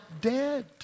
dead